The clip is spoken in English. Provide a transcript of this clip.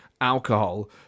alcohol